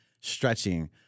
stretching